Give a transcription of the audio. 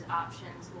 options